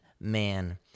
man